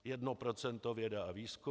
Jedno procento věda a výzkum.